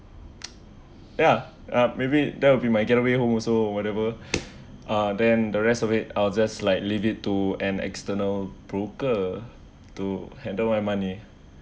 ya uh maybe that will be my getaway home also or whatever uh then the rest of it I'll just like leave it to an external broker to handle my money